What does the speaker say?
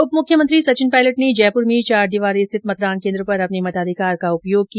उप मुख्यमंत्री सचिन पायलट ने जयपुर में चार दीवारी स्थित मतदान केन्द्र पर अपने मताधिकार का उपयोग किया